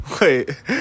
Wait